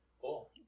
Cool